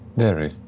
very.